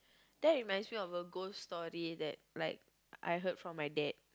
that reminds me of a ghost story that like I heard from my dad